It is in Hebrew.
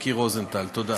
לפקודת